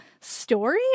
story